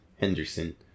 Henderson